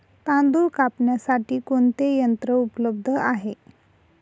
तांदूळ कापण्यासाठी कोणते यंत्र उपलब्ध आहे?